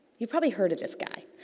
you've probably heard of this guy.